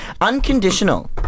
unconditional